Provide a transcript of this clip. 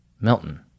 Milton